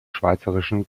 schweizerischen